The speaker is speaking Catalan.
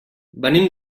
venim